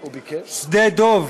שדה-דב,